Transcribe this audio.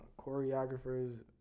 choreographers